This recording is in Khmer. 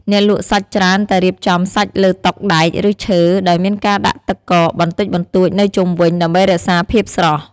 អ្នកលក់សាច់ច្រើនតែរៀបចំសាច់លើតុដែក ឬឈើ ដោយមានការដាក់ទឹកកកបន្តិចបន្តួចនៅជុំវិញ ដើម្បីរក្សាភាពស្រស់។